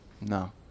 No